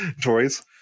toys